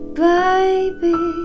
baby